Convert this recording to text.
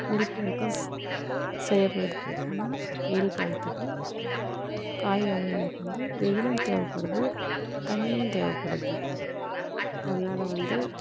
நெல் பயிருக்கும் செ செயல்படுது ஆனால் வெயில் காலத்துக்கு காய் வகைகளுக்கு வந்து வெயிலும் தேவைப்படுது தண்ணியும் தேவைப்படுது அதனால வந்து